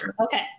okay